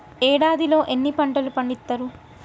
ఏడాదిలో ఎన్ని పంటలు పండిత్తరు?